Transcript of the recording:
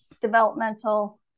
developmental